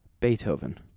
Beethoven